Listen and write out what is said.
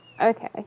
Okay